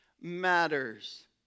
matters